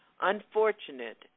Unfortunate